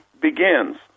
begins